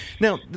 Now